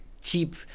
cheap